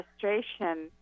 frustration